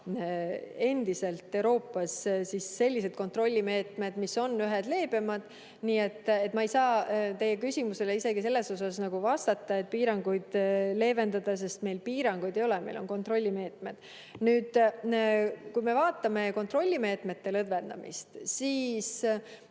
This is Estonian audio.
endiselt kontrollimeetmed, mis on Euroopas ühed leebemad. Nii et ma ei saa teie küsimusele isegi selles osas vastata, et piiranguid leevendada, sest meil piiranguid ei ole, meil on kontrollimeetmed. Nüüd, kui me vaatame kontrollimeetmete lõdvendamist, siis